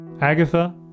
Agatha